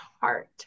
heart